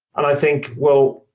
and i think, well,